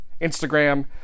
Instagram